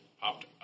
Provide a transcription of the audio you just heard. popped